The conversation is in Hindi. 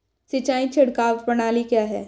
सिंचाई छिड़काव प्रणाली क्या है?